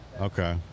Okay